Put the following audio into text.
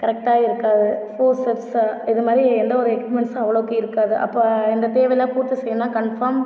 கரெக்டா இருக்காது ஸோ செப்ஸா இது மாதிரி எந்த ஒரு எக்யூப்மென்ட் அவ்வளோக்கு இருக்காது அப்போ இந்த தேவையெல்லாம் பூர்த்தி செய்யணும்னா கன்ஃபார்ம்